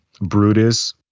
Brutus